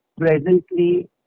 presently